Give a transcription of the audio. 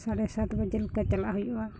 ᱥᱟᱲᱮ ᱥᱟᱛ ᱵᱟᱡᱮ ᱞᱮᱠᱟ ᱪᱟᱞᱟᱜ ᱦᱩᱭᱩᱜᱼᱟ